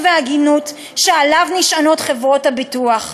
והגינות שעליו נשענות חברות הביטוח.